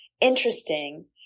interesting